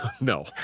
no